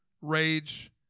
rage